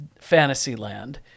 Fantasyland